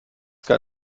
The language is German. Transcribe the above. gar